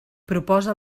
proposa